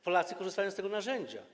Polacy korzystają z tego narzędzia.